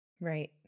Right